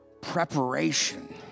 Preparation